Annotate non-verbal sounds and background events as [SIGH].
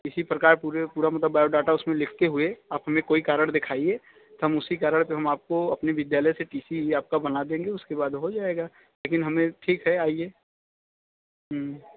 इसी प्रकार [UNINTELLIGIBLE] पूरा मतलब बायोडाटा उसमें लिखते हुए आप हमें कोई कारण दिखाइए हम उसी कारण पर आपको अपने विद्यालय से टी सी भी आपका बना देंगे उसके बाद हो जाएगा लेकिन हमें ठीक है लिए आइए